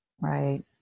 right